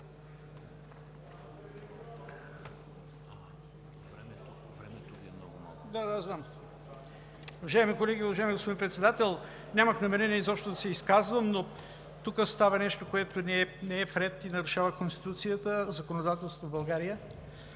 Станилов. СТАНИСЛАВ СТАНИЛОВ (ОП): Уважаеми колеги, уважаеми господин Председател! Нямах намерение изобщо да се изказвам, но тук става нещо, което не е в ред и нарушава Конституцията, законодателството в България.